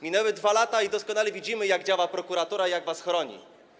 Minęły 2 lata i doskonale widzimy, jak działa prokuratura, jak was chroni.